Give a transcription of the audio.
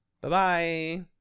Bye-bye